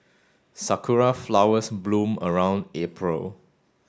sakura flowers bloom around April